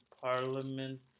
parliament